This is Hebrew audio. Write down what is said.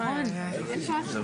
(הישיבה נפסקה בשעה 09:59 ונתחדשה בשעה